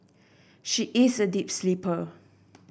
she is a deep sleeper